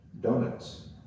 donuts